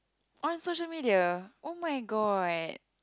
on social media oh-my-god